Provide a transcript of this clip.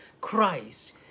Christ